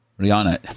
Rihanna